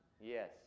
Yes